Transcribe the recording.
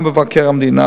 גם מבקר המדינה,